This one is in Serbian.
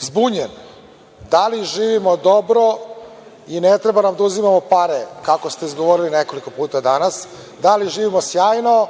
zbunjen, da li živimo dobro i ne treba nam da uzimamo pare, kako ste izgovorili nekoliko puta danas. Da li živimo sjajno,